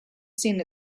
seen